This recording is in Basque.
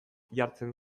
jartzen